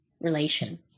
relation